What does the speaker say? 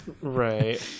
Right